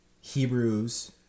Hebrews